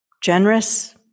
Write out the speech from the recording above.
Generous